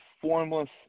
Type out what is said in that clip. formless